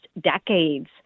decades